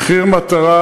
"מחיר מטרה"